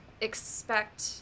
expect